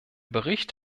bericht